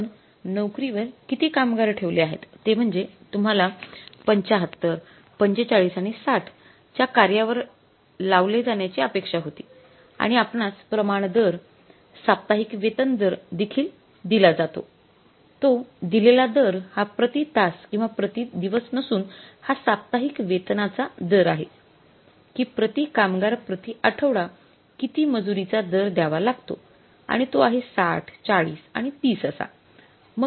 आपण नोकरीवर किती कामगार ठेवले आहेत ते म्हणजे तुम्हाला ७५ ४५ आणि ६० च्या कार्यावर लावले जाण्याची अपेक्षा होती आणि आपणास प्रमाण दर साप्ताहिक वेतन दर देखील दिला जातो तो दिलेला दर हा प्रति तास किंवा प्रति दिवस नसून हा साप्ताहिक वेतनाचा दर आहे की प्रति कामगार प्रति आठवडा किती मजुरीचा दर द्यावा लागतो आणि तो आहे ६० ४० आणि ३० असा